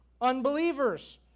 Unbelievers